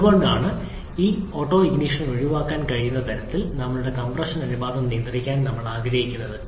അതുകൊണ്ടാണ് ഈ ഓട്ടൊണിഷൻ ഒഴിവാക്കാൻ കഴിയുന്ന തരത്തിൽ ഞങ്ങളുടെ കംപ്രഷൻ അനുപാതം നിയന്ത്രിക്കാൻ ഞങ്ങൾ ആഗ്രഹിക്കുന്നത്